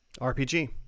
rpg